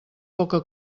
poca